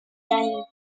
دهیم